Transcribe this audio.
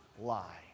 lie